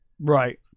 Right